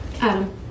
Adam